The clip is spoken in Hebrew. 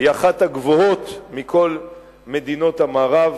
היא אחת הגבוהות בכל מדינות המערב,